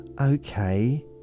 Okay